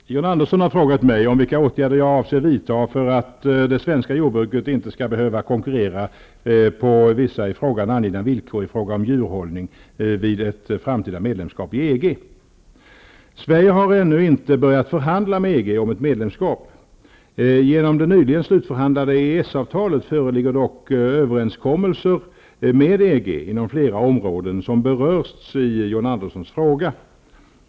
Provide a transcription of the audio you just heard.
Fru talman! John Andersson har frågat mig vilka åtgärder jag avser vidta för att det svenska jordbruket inte skall behöva konkurrera på vissa i frågan angivna villkor i fråga om djurhållning vid ett framtida medlemskap i EG. Sverige har ännu inte börjat förhandla med EG om ett medlemskap. Genom det nyligen slutförhandlade EES-avtalet föreligger dock överenskommelser med EG inom flera områden som berörts i John Anderssons fråga.